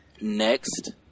Next